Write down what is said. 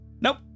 Nope